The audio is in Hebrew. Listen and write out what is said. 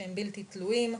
שהם בלתי תלויים,